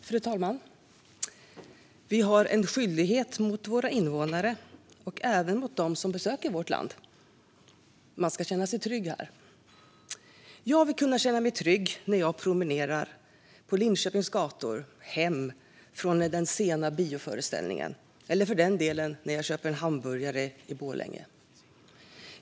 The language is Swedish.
Fru talman! Vi har en skyldighet mot våra invånare och även mot dem som besöker vårt land. Man ska känna sig trygg här. Jag vill kunna känna mig trygg när jag promenerar hem på Linköpings gator efter den sena bioföreställningen eller, för den delen, när jag köper en hamburgare i Borlänge.